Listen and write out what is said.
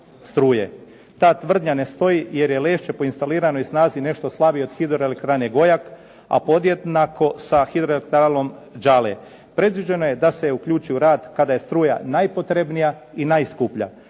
Ta tvrdnja ne stoji, jer je Lešće po instaliranoj snazi nešto slabije od hidroelektrane Gojak, a podjednako sa hidroelektranom Đale. Predviđeno je da se uključi u rad kada je struja najpotrebnija i najskuplja.